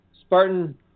Spartan